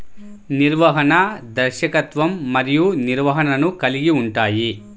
నిర్వహణ, దర్శకత్వం మరియు నిర్వహణను కలిగి ఉంటాయి